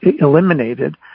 eliminated